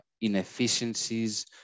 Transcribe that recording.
inefficiencies